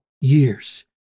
years